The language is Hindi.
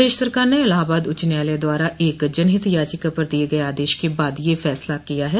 प्रदेश सरकार ने इलाहाबाद उच्च न्यायालय द्वारा एक जनहित याचिका पर दिये गये आदेश के बाद यह फैसला किया है